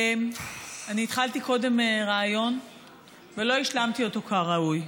אני התחלתי קודם רעיון ולא השלמתי אותו כראוי.